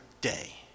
day